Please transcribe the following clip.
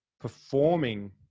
performing